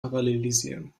parallelisieren